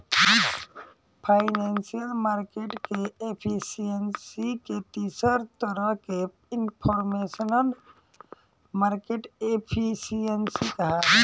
financial market के efficiency के तीसर तरह के इनफॉरमेशनल मार्केट एफिशिएंसी कहाला